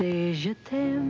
they do